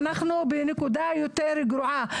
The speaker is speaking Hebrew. אנחנו בנקודה יותר גרועה,